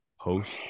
post